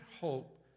hope